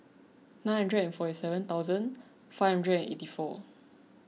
nine hundred forty seven thousand five hundred eighty four